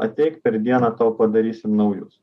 ateik per dieną tau padarysim naujų